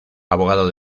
abogado